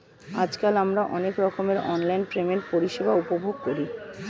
আজকাল আমরা অনেক রকমের অনলাইন পেমেন্ট পরিষেবা উপভোগ করি